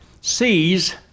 sees